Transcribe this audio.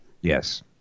Yes